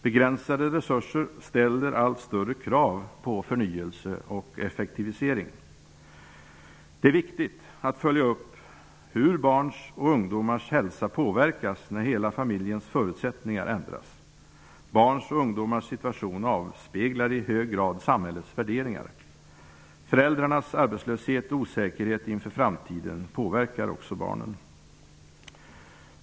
Begränsade resurser ställer allt större krav på förnyelse och effektivisering. Det är viktigt att följa upp hur barns och ungdomars hälsa påverkas när hela familjens förutsättningar ändras. Barns och ungdomars situation avspeglar i hög grad samhällets värderingar. Föräldrarnas arbetslöshet och osäkerhet inför framtiden påverkar också barnen.